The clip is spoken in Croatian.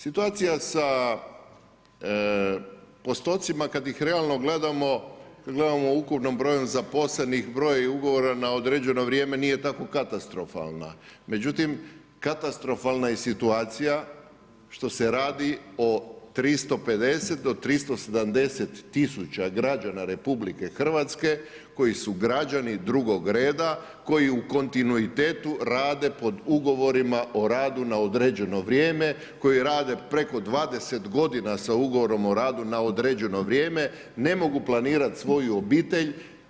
Situacija sa postotcima kad ih realno gledamo, kad gledamo o ukupnom broju zaposlenih, broj ugovora na određeno vrijeme nije tako katastrofalna, međutim katastrofalna je situacija što se radi o 350-370 tisuća građana RH koji su građani drugog reda, koji u kontinuitetu rade pod ugovorima o radu na određeno vrijeme, koji rade preko 20 g. sa ugovorom o radu na određeno vrijeme, ne mogu planirati svoju obitelj.